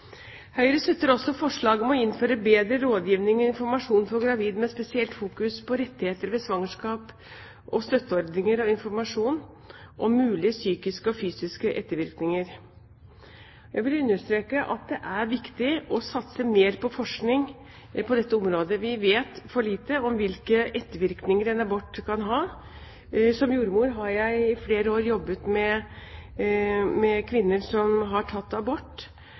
Høyre støtter også forslaget om å innføre bedre rådgivning og informasjon for gravide med spesielt fokus på rettigheter ved svangerskap, støtteordninger og informasjon om mulige psykiske og fysiske ettervirkninger av en abort. Jeg vil understreke at det er viktig å satse mer på forskning på dette området. Vi vet for lite om hvilke ettervirkninger en abort kan ha. Som jordmor har jeg i flere år jobbet med kvinner som har tatt abort,